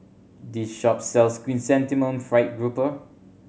this shop sells Chrysanthemum Fried Grouper